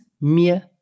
mir